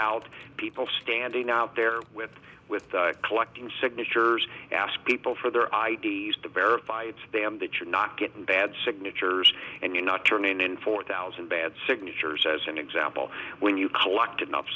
out people standing out there with with collecting signatures ask people for their i d s to verify it's them that you're not getting bad signatures and you're not turning in four thousand bad signatures as an example when you collect enough